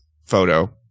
photo